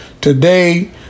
Today